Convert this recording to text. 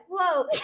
whoa